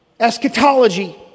Eschatology